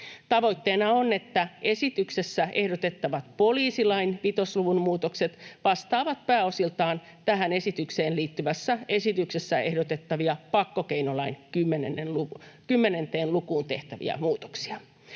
Tavoitteena on, että esityksessä ehdotettavat poliisilain 5 luvun muutokset vastaavat pääosiltaan tähän esitykseen liittyvässä esityksessä ehdotettavia pakkokeinolain 10 lukuun tehtäviä muutoksia.